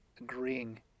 agreeing